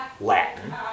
latin